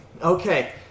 Okay